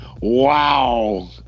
wow